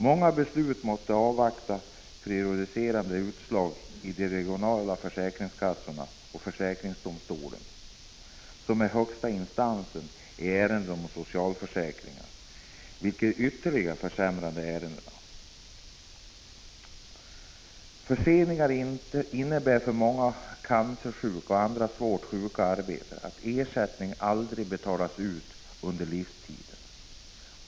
Många beslut måste avvakta prejudicerande utslag i de regionala försäkringsrätterna och försäkringsöverdomstolen, som är högsta instans i ärenden om socialförsäkringar, vilket ytterligare försenar ärendena. Förseningarna innebär för många cancersjuka och andra svårt sjuka arbetare att ersättningen aldrig betalas ut under livstiden.